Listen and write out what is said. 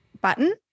button